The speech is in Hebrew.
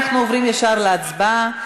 אנחנו עוברים ישר להצבעה,